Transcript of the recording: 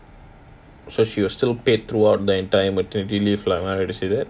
so she was still paid throughout the entire maternity leave lah am I right to say that